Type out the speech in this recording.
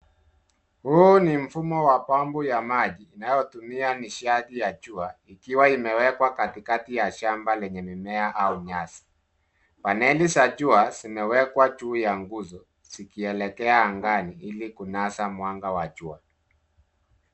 Huu ni mfumo wa pump ya maji inayotumia nishati ya jua ikiwa imewekwa katikati ya shamba lenye mimea au nyasi. Pannel za jua zimeekwa juu ya nguzo zikielekea angani ili kunasa mwanga wa jua.